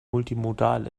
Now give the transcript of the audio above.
multimodal